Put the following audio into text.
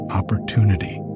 opportunity